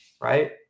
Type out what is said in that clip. right